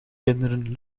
kinderen